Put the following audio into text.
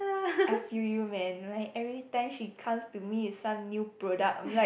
I feel you man like everytime she cast to me it some new product I'm like